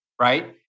right